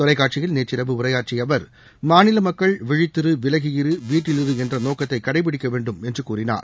தொலைக்காட்சியில் நேற்றிரவு உரையாற்றியஅவர் மாநிலமக்கள் விழித்திரு விலகியிரு வீட்டிலிருஎன்றநோக்கத்தைகடைப்பிடிக்கவேண்டும் என்றுகூறினார்